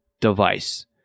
device